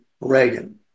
Reagan